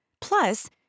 Plus